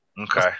okay